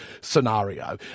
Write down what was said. scenario